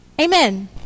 Amen